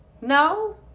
no